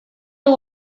you